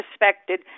respected